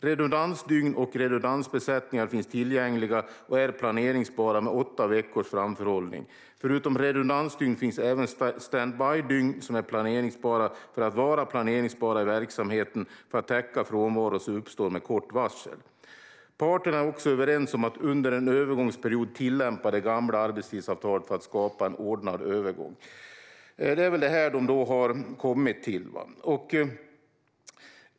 Redundansdygn och redundansbesättningar finns tillgängliga och är planerbara med åtta veckors framförhållning. Förutom redundansdygn finns även standby-dygn som är planerbara för att vara planerbara i verksamheten för att täcka frånvaro som uppstår med kort varsel. Parterna är också överens om att under en övergångsperiod tillämpa det gamla arbetstidsavtalet för att skapa en ordnad övergång. Det är väl detta som de har kommit fram till.